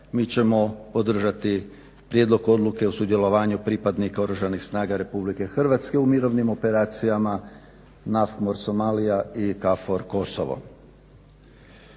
mi ćemo podržati Prijedlog Odluke o sudjelovanju pripadnika Oružanih snaga Republike Hrvatske u mirovnim operacijama NAF More Somalija i KFOR Kosovo.